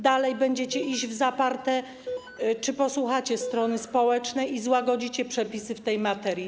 Dalej będziecie iść w zaparte czy posłuchacie strony społecznej i złagodzicie przepisy w tej materii?